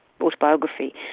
autobiography